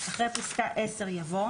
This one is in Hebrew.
אחרי פסקה (10) יבוא: